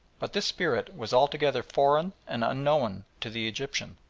but this spirit was altogether foreign and unknown to the egyptian,